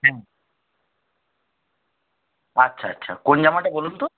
হ্যাঁ আচ্ছা আচ্ছা কোন জামাটা বলুন তো